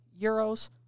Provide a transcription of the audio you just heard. Euros